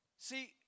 See